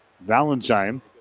Valentine